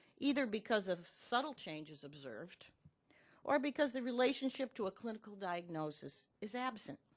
either because of subtle changes observed or because the relationship to a clinical diagnosis is absent.